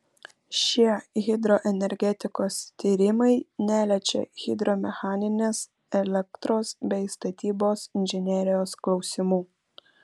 šie hidroenergetikos tyrimai neliečia hidromechaninės elektros bei statybos inžinerijos klausimų